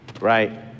right